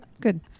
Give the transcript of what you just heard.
good